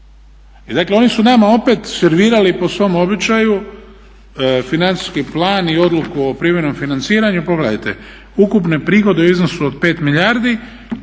Dakle, oni su nama opet servirali po svom običaju financijski plan i odluku o privremenom financiranju. Pogledajte, ukupne prihode u iznosu od 5 milijardi,